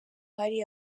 hari